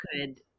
could-